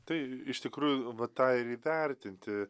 tai iš tikrųjų va tą ir įvertini